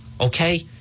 okay